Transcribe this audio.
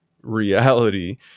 reality